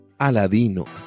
Aladino